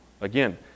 again